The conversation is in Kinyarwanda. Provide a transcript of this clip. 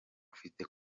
ufite